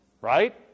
right